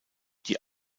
die